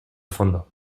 fondo